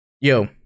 yo